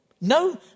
No